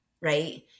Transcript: Right